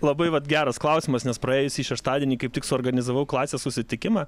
labai vat geras klausimas nes praėjusį šeštadienį kaip tik suorganizavau klasės susitikimą